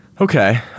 Okay